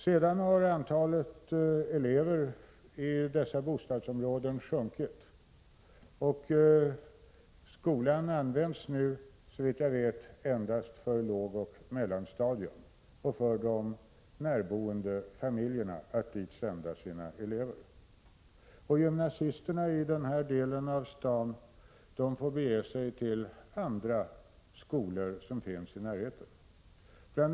Sedan har antalet elever i de närliggande bostadsområdena sjunkit, och skolan används nu — såvitt jag vet — endast för elever på lågoch mellanstadierna. Gymnasisterna i den här delen av staden får bege sig till andra skolor i närheten. Bl.